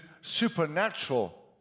supernatural